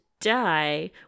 die